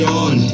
on